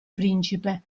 principe